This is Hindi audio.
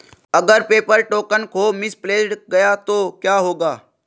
अगर पेपर टोकन खो मिसप्लेस्ड गया तो क्या होगा?